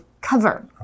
cover